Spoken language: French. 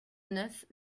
neuf